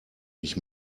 ich